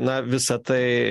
na visa tai